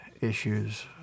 issues